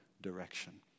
direction